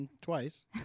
Twice